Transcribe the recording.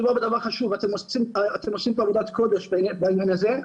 אתם עושים פה עבודת קודש בעניין הזה,